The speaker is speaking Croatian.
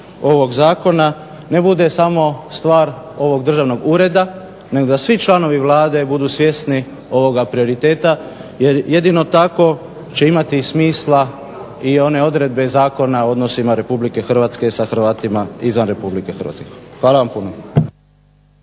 ovog Zakona ne bude stvar ovog državnog ureda nego da svi članovi Vlade budu svjesni ovoga prioriteta jer jedino tako će imati smisla i one odredbe Zakona o odnosima Republike Hrvatske sa Hrvatima izvan Republike Hrvatske. Hvala vam puno.